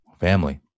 family